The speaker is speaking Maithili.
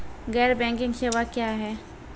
गैर बैंकिंग सेवा क्या हैं?